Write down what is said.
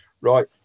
right